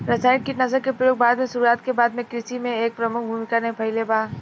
रासायनिक कीटनाशक के प्रयोग भारत में शुरुआत के बाद से कृषि में एक प्रमुख भूमिका निभाइले बा